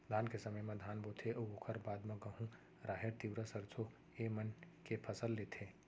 धान के समे म धान बोथें अउ ओकर बाद म गहूँ, राहेर, तिंवरा, सरसों ए मन के फसल लेथें